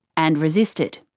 and resisted.